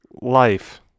life